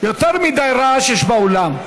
יותר מדי רעש יש באולם.